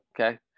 Okay